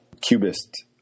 cubist